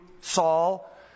Saul